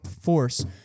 force